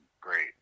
great